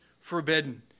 forbidden